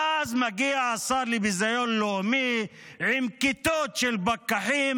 ואז מגיע השר לביזיון לאומי עם כיתות של פקחים